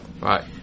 Right